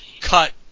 cut